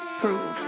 prove